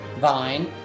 Vine